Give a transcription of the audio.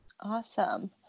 Awesome